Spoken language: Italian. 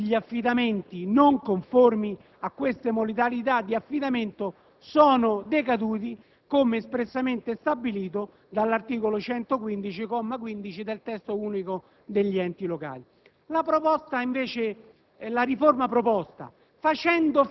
A quella data tutti gli affidamenti non conformi a queste modalità di affidamento sono decaduti, come espressamente stabilito dall'articolo 115, comma 15, del Testo unico degli enti locali. La riforma